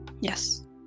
yes